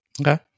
Okay